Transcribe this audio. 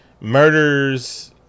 murders